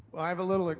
i have a little, like